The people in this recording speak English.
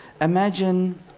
imagine